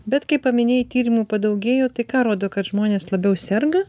bet kai paminėjai tyrimų padaugėjo tai ką rodo kad žmonės labiau serga